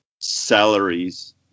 salaries